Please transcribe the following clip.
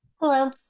Hello